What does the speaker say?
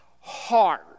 hard